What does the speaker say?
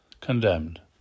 condemned